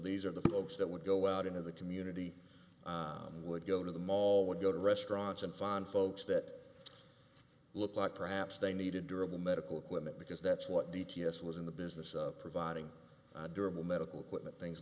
these are the folks that would go out into the community would go to the mall would go to restaurants and find folks that look like perhaps they needed durable medical equipment because that's what d t s was in the business of providing durable medical equipment things